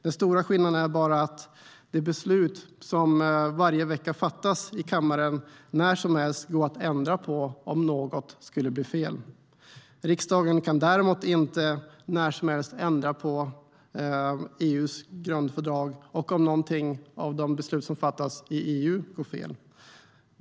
Den stora skillnaden är att de beslut som varje vecka fattas i kammaren när som helst går att ändra om något skulle bli fel. Riksdagen kan däremot inte när som helst ändra EU:s grundfördrag om något av de beslut som fattas i EU går fel.